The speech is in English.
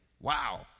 Wow